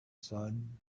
sun